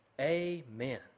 Amen